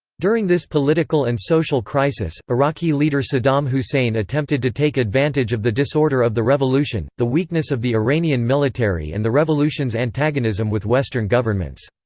during this political and social crisis, iraqi leader saddam hussein attempted to take advantage of the disorder of the revolution, the weakness of the iranian military and the revolution's antagonism with western governments.